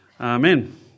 Amen